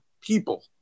people